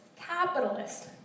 capitalist